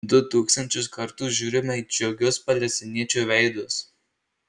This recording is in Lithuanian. du tūkstančius kartų žiūrime į džiugius palestiniečių veidus